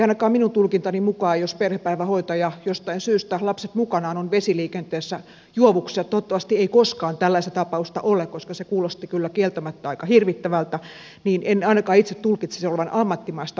ainakaan minun tulkintani mukaan jos perhepäivähoitaja jostain syystä lapset mukanaan on vesiliikenteessä juovuksissa toivottavasti ei koskaan tällaista tapausta ole koska se kuulosti kyllä kieltämättä aika hirvittävältä en ainakaan itse tulkitsisi sen olevan ammattimaista vesiliikennettä